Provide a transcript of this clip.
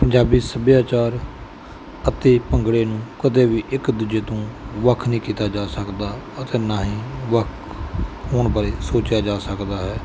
ਪੰਜਾਬੀ ਸੱਭਿਆਚਾਰ ਅਤੇ ਭੰਗੜੇ ਨੂੰ ਕਦੇ ਵੀ ਇੱਕ ਦੂਜੇ ਤੋਂ ਵੱਖ ਨਹੀਂ ਕੀਤਾ ਜਾ ਸਕਦਾ ਅਤੇ ਨਾ ਹੀ ਵੱਖ ਹੋਣ ਬਾਰੇ ਸੋਚਿਆ ਜਾ ਸਕਦਾ ਹੈ